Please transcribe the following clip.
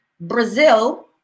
Brazil